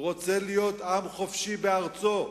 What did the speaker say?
הוא רוצה להיות עם חופשי בארצו.